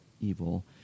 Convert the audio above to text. evil